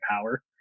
power